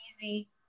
easy